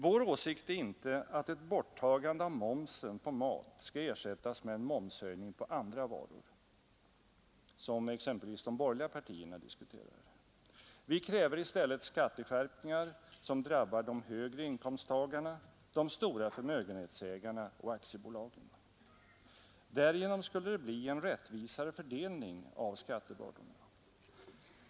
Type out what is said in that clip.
Vår åsikt är inte att ett borttagande av momsen på matvaror skulle ersättas med en höjning av momsen på andra varor, såsom exempelvis de borgerliga partierna diskuterar. Vi kräver i stället skatteskärpningar som drabbar de högre inkomsttagarna, de stora förmögenhetsägarna och aktiebolagen. Därigenom skulle det bli en rättvisare fördelning av skattebördorna.